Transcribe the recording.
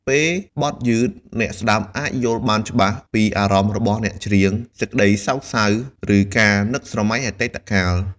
ពេលបទយឺត អ្នកស្តាប់អាចយល់បានច្បាស់ពីអារម្មណ៍របស់អ្នកច្រៀង សេចក្ដីសោកសៅ ឬការនឹកស្រមៃអតីតកាល។